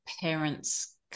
parents